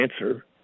answer